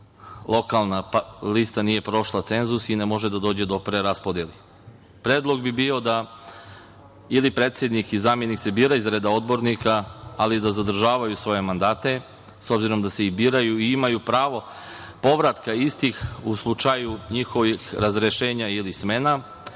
lokalna lista nije prošla cenzus i ne može da dođe do preraspodele. Predlog bi bio da se ili predsednik ili zamenik bira iz reda odbornika, ali da zadržavaju svoje mandate, s obzirom da se biraju i imaju pravo povratka istih u slučaju njihovih razrešenja ili smena,